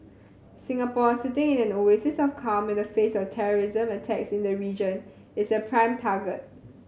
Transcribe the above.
Singapore sitting in an oasis of calm in the face of terrorism attacks in the region is a prime target